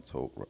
Talk